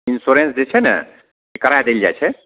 insurance जे छै ने करा देल जाइ छै